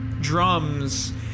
drums